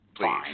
Please